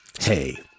Hey